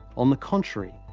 on the contrary,